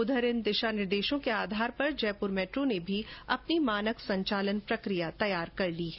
इधर इन दिशा निर्देशों के आधार पर जयपुर मेट्रो ने भी अपनी मानक संचालन प्रक्रिया तैयार कर ली हैं